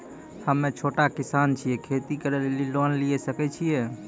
हम्मे छोटा किसान छियै, खेती करे लेली लोन लिये सकय छियै?